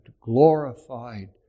glorified